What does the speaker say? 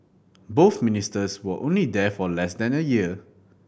both Ministers were only there for less than a year